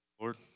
Lord